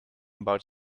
about